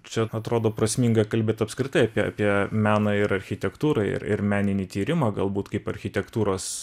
čia atrodo prasminga kalbėt apskritai apie apie meną ir architektūrą ir ir meninį tyrimą galbūt kaip architektūros